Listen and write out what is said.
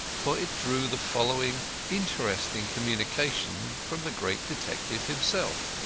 for it drew the following interesting communication from the great detective himself